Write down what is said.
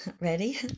Ready